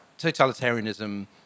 totalitarianism